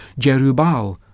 Jerubal